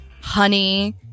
honey